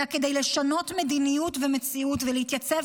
אלא כדי לשנות מדיניות ומציאות ולהתייצב